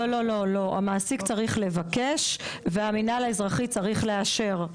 לא לא, המעסיק צריך לבקש והמנהל האזרחי צריך לאשר.